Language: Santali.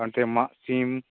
ᱱᱚᱛᱮ ᱢᱟᱜᱥᱤᱢ